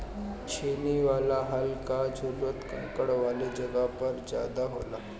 छेनी वाला हल कअ जरूरत कंकड़ वाले जगह पर ज्यादा होला